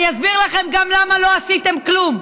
אני אסביר לכם גם למה לא עשיתם כלום.